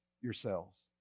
yourselves